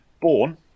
Born